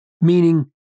meaning